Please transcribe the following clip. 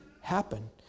happen